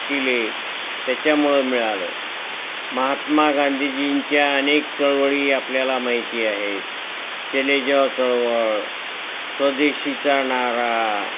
केले त्याच्यामुळे मिळाले महात्मा गांधीजींच्या अनेक चळवळी आपल्याला माहिती आहेत चले जाव चळवळ स्वदेशीचा नारा